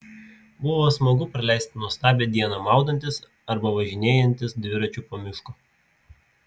buvo smagu praleisti nuostabią dieną maudantis arba važinėjantis dviračiu po mišką